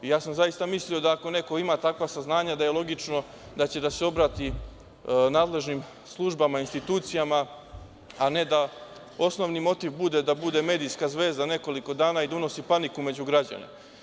Ja sam zaista mislio da ako neko ima takva saznanja da je logično da će da se obrati nadležnim službama i institucijama, a ne da osnovni motiv bude da bude medijska zvezda nekoliko dana i da unosi paniku među građane.